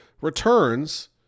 returns